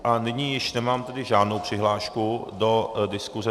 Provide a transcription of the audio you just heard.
A nyní již nemám tedy žádnou přihlášku do diskuse.